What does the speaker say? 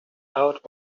out